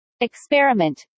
Experiment